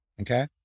Okay